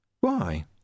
Why